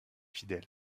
fidèle